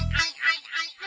i